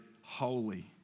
holy